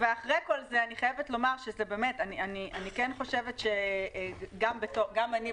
ואחרי כל זה אני כן חושבת שגם אני,